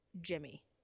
Jimmy